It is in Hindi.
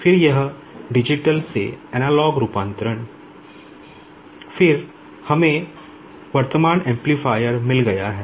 फिर हमें वर्तमान एम्पलीफायर है